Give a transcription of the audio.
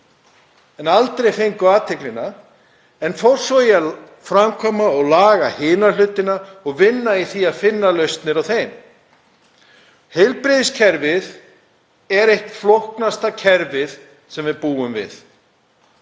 aldrei fengið athygli, en fór svo í að framkvæma og laga hina hlutina og vinna í því að finna lausnir á þeim. Heilbrigðiskerfið er eitt flóknasta kerfið sem við búum við.